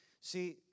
See